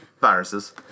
Viruses